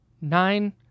nine